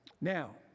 Now